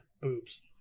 Boobs